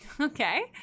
Okay